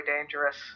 dangerous